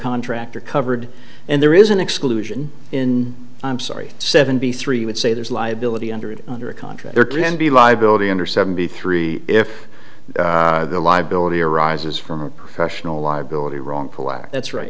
contract are covered and there is an exclusion in i'm sorry seventy three would say there's liability under it under a contract or to be liability under seventy three if the liability arises from a professional liability wrongful act that's right